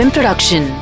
Production